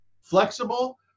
flexible